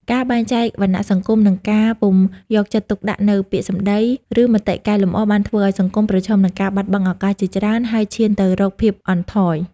ការបែងចែកវណ្ណៈសង្គម និងការពុំយកចិត្តទុកដាក់នូវពាក្យសម្ដី ឬមតិកែលម្អបានធ្វើឲ្យសង្គមប្រឈមនឹងការបាត់បង់ឱកាសជាច្រើន ហើយឈានទៅរកភាពអន់ថយ។